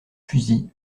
fusils